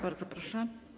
Bardzo proszę.